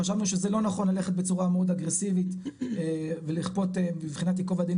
חשבנו שזה לא נכון ללכת בצורה מאוד אגרסיבית ולכפות מבחינת ייקוב הדין